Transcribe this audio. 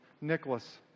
Nicholas